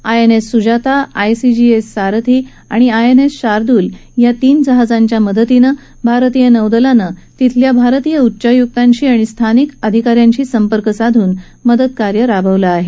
INS Sujata ICGS Sarathi आणि INS Shardul या तीन जहाजांच्या सहाय्यानं भारतीय नौदलानं तेथील भारतीय उच्चायुकांशी आणि स्थानिक प्राधिकरणाशी संपर्क साधून मदतकार्य राबवलं आहे